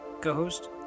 co-host